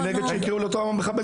אני נגד שיקראו לטועמה מחבל,